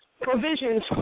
provisions